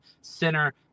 center